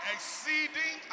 Exceeding